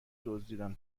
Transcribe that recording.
دزدیدن